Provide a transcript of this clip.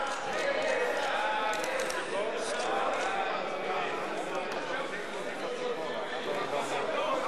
הליכי תכנון ובנייה להאצת הבנייה למגורים (הוראת שעה),